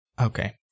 Okay